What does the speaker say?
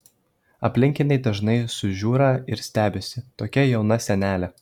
aplinkiniai dažnai sužiūra ir stebisi tokia jauna senelė